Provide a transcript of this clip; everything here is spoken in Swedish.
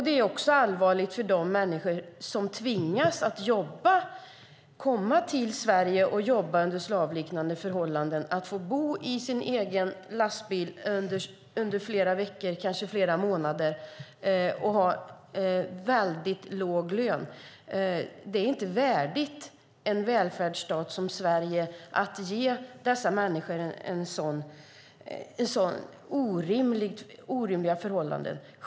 Det är också allvarligt för de människor som kommer till Sverige och tvingas jobba under slavliknande förhållanden, bo i sin egen lastbil under flera veckor, kanske flera månader, och ha väldigt låg lön. Det är inte värdigt en välfärdsstat som Sverige att människor har så orimliga förhållanden.